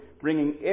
bringing